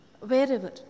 wherever